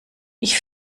ich